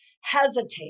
hesitate